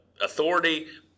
authority